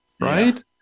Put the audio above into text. right